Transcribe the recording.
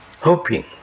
hoping